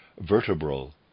vertebral